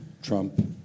Trump